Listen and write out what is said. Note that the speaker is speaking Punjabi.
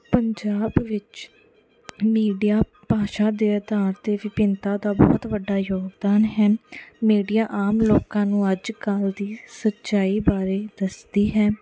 ਪੰਜਾਬ ਵਿੱਚ ਮੀਡੀਆ ਭਾਸ਼ਾ ਦੇ ਅਧਾਰ 'ਤੇ ਵਿਭਿੰਨਤਾ ਦਾ ਬਹੁਤ ਵੱਡਾ ਯੋਗਦਾਨ ਹੈ ਮੀਡੀਆ ਆਮ ਲੋਕਾਂ ਨੂੰ ਅੱਜ ਕੱਲ੍ਹ ਦੀ ਸੱਚਾਈ ਬਾਰੇ ਦੱਸਦੀ ਹੈ